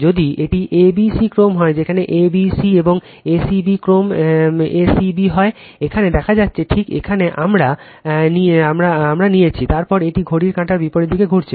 যদি এটি a b c ক্রম হয় যেখানে a b c এবং a c b ক্রম a c b হয় এখানে দেখা যাচ্ছে ঠিক এখানে আমরা রেফার টাইম 1444 নিয়েছি তারপর এটি ঘড়ির কাঁটার বিপরীত দিকে ঘুরছে